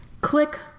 click